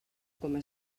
coma